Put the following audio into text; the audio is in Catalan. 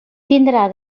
tindrà